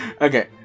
Okay